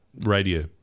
Radio